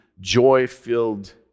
joy-filled